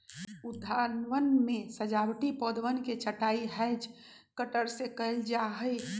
उद्यानवन में सजावटी पौधवन के छँटाई हैज कटर से कइल जाहई